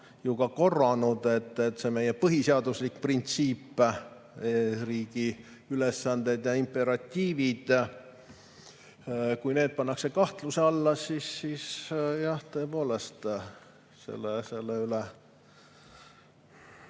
ju ka korranud –, kui see meie põhiseaduslik printsiip, riigi ülesanded ja imperatiivid pannakse kahtluse alla, siis jah, tõepoolest selle üle